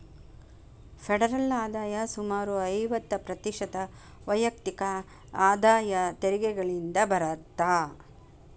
federal ಆದಾಯ ಸುಮಾರು ಐವತ್ತ ಪ್ರತಿಶತ ವೈಯಕ್ತಿಕ ಆದಾಯ ತೆರಿಗೆಗಳಿಂದ ಬರತ್ತ